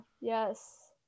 yes